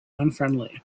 unfriendly